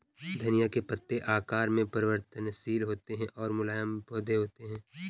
धनिया के पत्ते आकार में परिवर्तनशील होते हैं और मुलायम पौधे होते हैं